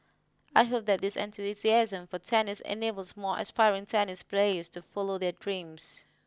I hope that this enthusiasm for tennis enables more aspiring tennis players to follow their dreams